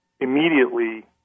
immediately